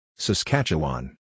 Saskatchewan